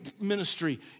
ministry